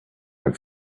had